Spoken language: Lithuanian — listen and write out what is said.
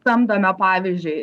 samdome pavyzdžiui